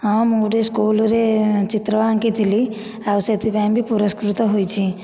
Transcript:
ହଁ ମୁଁ ଗୋଟିଏ ସ୍କୁଲ୍ ରେ ଚିତ୍ର ଆଙ୍କିଥିଲି ଆଉ ସେଥିପାଇଁ ବି ପୁରସ୍କୃତ ହୋଇଛି